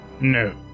No